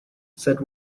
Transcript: said